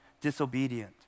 disobedient